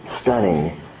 stunning